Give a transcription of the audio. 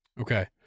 Okay